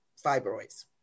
fibroids